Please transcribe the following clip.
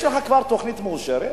יש לך כבר תוכנית מאושרת,